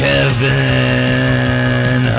Kevin